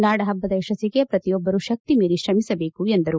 ನಾಡಪಬ್ದದ ಯಶಸ್ಸಿಗೆ ಪ್ರತಿಯೊಬ್ಬರು ಶಕ್ತಿಮೀರಿ ಶ್ರಮಿಸಬೇಕು ಎಂದರು